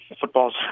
football's